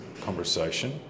conversation